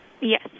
Yes